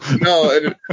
no